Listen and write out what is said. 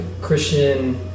Christian